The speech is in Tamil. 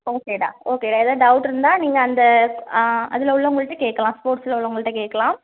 ஓகேடா ஓகே வேறு ஏதாவது டவுட் இருந்தால் நீங்கள் அந்த அதில் உள்ளவங்கள்கிட்டே கேட்கலாம் ஸ்போர்ட்ஸில் உள்ளவங்கள்கிட்ட கேட்கலாம்